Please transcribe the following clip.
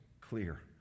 clear